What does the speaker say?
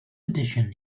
addition